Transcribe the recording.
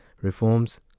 reforms